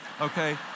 okay